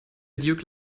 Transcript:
duke